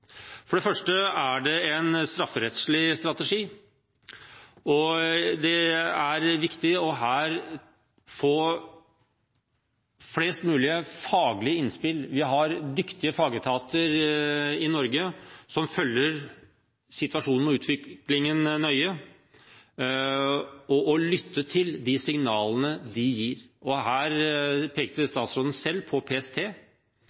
For det første er det en strafferettslig strategi. Det er viktig å få flest mulig faglige innspill. Vi har dyktige fagetater i Norge som følger situasjonen og utviklingen nøye, og vi må lytte til de signalene de gir. Her pekte statsråden selv på PST